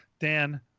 Dan